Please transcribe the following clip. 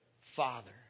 father